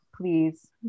Please